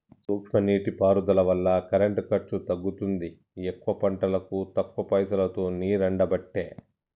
సూక్ష్మ నీటి పారుదల వల్ల కరెంటు ఖర్చు తగ్గుతుంది ఎక్కువ పంటలకు తక్కువ పైసలోతో నీరెండబట్టే